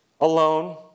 alone